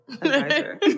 advisor